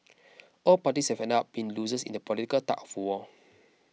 all parties have ended up being losers in the political tug of war